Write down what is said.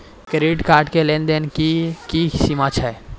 Credit card के लेन देन के की सीमा छै?